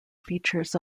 features